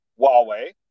Huawei